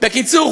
בקיצור,